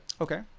Okay